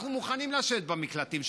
אנחנו מוכנים לשבת במקלטים,